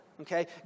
okay